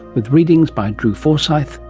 with readings by drew forsythe.